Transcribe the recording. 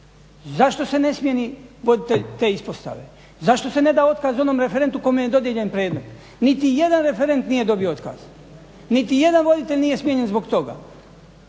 zašto se ne smijeni voditelj te ispostave, zašto se neda otkaz onome referentu kojem je dodijeljen predmet? Niti jedan referent nije dobio otkaz, niti jedan voditelj nije smijenjen zbog toga.